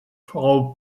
frau